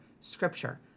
scripture